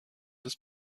des